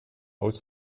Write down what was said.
aus